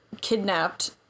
kidnapped